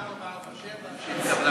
1447 שהתקבלה.